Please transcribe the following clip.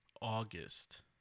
August